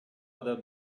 other